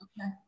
Okay